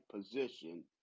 position